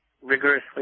rigorously